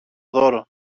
δώρο